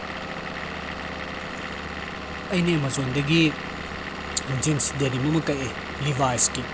ꯑꯩꯅ ꯑꯥꯃꯥꯖꯣꯟꯗꯒꯤ ꯖꯤꯟꯁ ꯗꯦꯅꯤꯝ ꯑꯃ ꯀꯛꯑꯦ ꯂꯤꯚꯥꯏꯁꯀꯤ